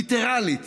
ליטרלית